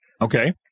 Okay